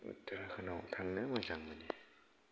उत्तराखन्दाव थांनो मोजां मोनो